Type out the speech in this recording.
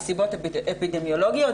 מסיבות אפידמיולוגיות,